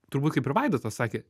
turbūt kaip ir vaidotas sakė